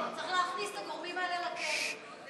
צריך להכניס את הגורמים האלה לכלא.